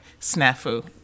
snafu